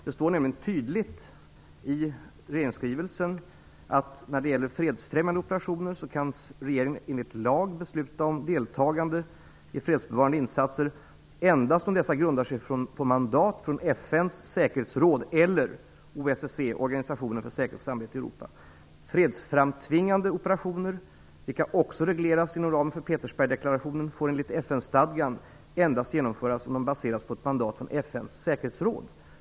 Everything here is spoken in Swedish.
Det står nämligen tydligt i regeringsskrivelsen att när det gäller fredsfrämjande operationer kan regeringen enligt lag besluta om deltagande i fredsbevarande insatser endast om dessa grundar sig på mandat från FN:s säkerhetsråd eller OSSE, Organisationen för säkerhet och samarbete i Europa. Fredsframtvingande operationer, vilka också regleras inom ramen för Petersbergdeklarationen, får enligt FN-stadgan endast genomföras om de baseras på ett mandat från FN:s säkerhetsråd.